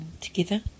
together